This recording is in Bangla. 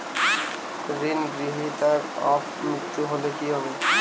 ঋণ গ্রহীতার অপ মৃত্যু হলে কি হবে?